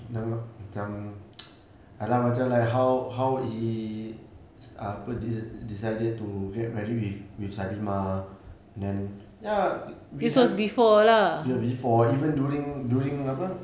na~ lah macam ya lah macam like how how he uh apa decided to get married with with salimah then ya we have ya before even during during apa